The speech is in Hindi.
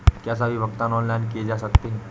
क्या सभी भुगतान ऑनलाइन किए जा सकते हैं?